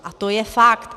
A to je fakt.